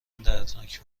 دردناک